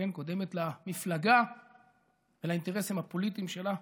כן, קודמת למפלגה ולאינטרסים הפוליטיים שלה.